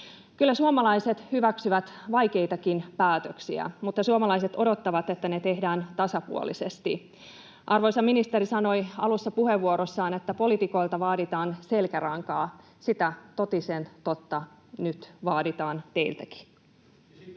Kyllä suomalaiset hyväksyvät vaikeitakin päätöksiä, mutta suomalaiset odottavat, että ne tehdään tasapuolisesti. Arvoisa ministeri sanoi alussa puheenvuorossaan, että poliitikoilta vaaditaan selkärankaa. Sitä totisen totta nyt vaaditaan teiltäkin. [Mauri